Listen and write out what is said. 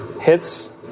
Hits